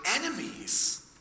enemies